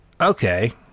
okay